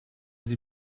sie